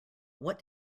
what